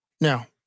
Now